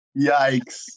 Yikes